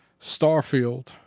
Starfield